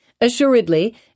Assuredly